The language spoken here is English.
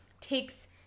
takes